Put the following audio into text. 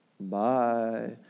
Bye